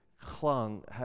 clung